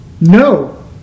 No